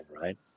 right